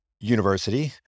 University